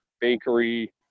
bakery